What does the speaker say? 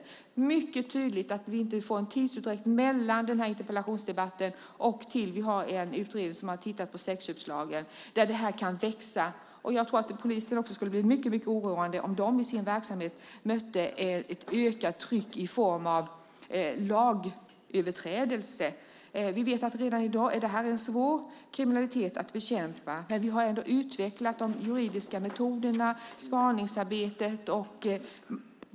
Det är mycket viktigt att vi inte får en tidsutdräkt mellan den här interpellationsdebatten och en utredning som tittar på sexköpslagen. Jag tror att polisen också skulle bli mycket oroade om de i sin verksamhet mötte ett ökat tryck i form av lagöverträdelser. Det här är en svår kriminalitet att bekämpa redan i dag, men vi har utvecklat de juridiska metoderna och spaningsarbetet.